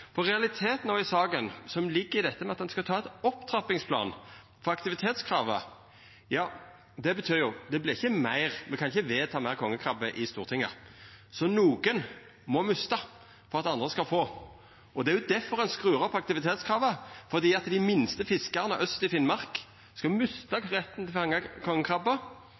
Realiteten i saka no, som ligg i dette med at ein skal ha ein opptrappingsplan for aktivitetskravet, er at det vert ikkje meir kongekrabbe – me kan ikkje vedta meir kongekrabbe på Stortinget. Så nokon må mista for at andre skal få, og det er difor ein skrur opp aktivitetskravet – dei minste fiskarane aust i Finnmark skal mista retten til å